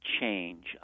change